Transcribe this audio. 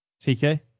tk